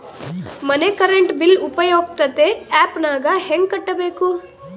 ಮನೆ current bill ಉಪಯುಕ್ತತೆ app ನಾಗ ಹೆಂಗ ಕಟ್ಟಬೇಕು?